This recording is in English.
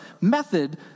method